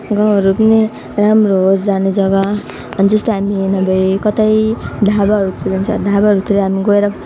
गाउँहरू पनि राम्रो होस् जाने जग्गा जस्तो हामीले हेर्न गए कतै ढाबाहरूतिर जान्छ ढाबाहरूतिर हामी गएर